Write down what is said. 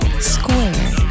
Square